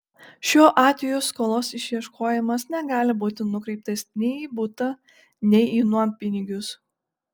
šiuo atveju skolos išieškojimas negali būti nukreiptas nei į butą nei į nuompinigius